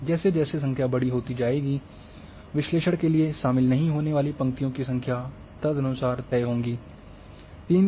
जैसे जैसे संख्या बड़ी हो जाती है तब विश्लेषण के लिए शामिल नहीं होने वाली पंक्तियों की संख्या तदनुसार तय होगी